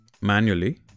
manually